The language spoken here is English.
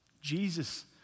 Jesus